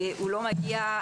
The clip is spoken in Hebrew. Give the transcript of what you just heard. הוא לא מגיע,